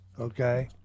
Okay